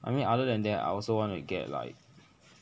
I mean other than that I also wanna get like